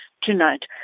tonight